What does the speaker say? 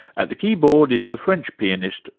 at the keyboard is the french pianist,